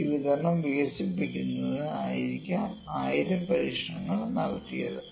ഈ വിതരണം വികസിപ്പിക്കുന്നതിന് ആയിരിക്കാം 1000 പരീക്ഷണങ്ങൾ നടത്തിയത്